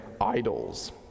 idols